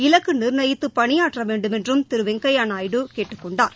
இலக்கு நிர்ணயித்து பனியாற்ற வேண்டுமென்றும் திரு வெங்கையா நாயுடு கேட்டுக் கொண்டார்